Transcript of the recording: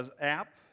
app